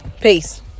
Peace